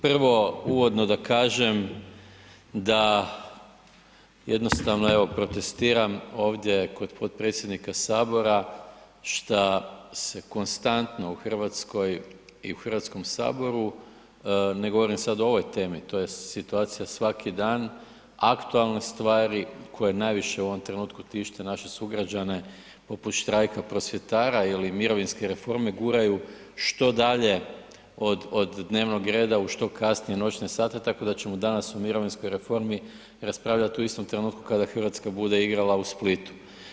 Prvo uvodno da kažem da jednostavno evo protestiram ovdje kod potpredsjednika Sabora šta se konstantno u Hrvatskoj i u Hrvatskom saboru, ne govorim sad o ovoj temi, to je situacija svaki dan aktualne stvari koje najviše u ovom trenutku tište naše sugrađane poput štrajka prosvjetara ili mirovinske reforme guraju što dalje od dnevnog reda u što kasnije noćne sate tako da ćemo danas o mirovinskoj reformi raspravljati u istom trenutku kada Hrvatska bude igrala u Splitu.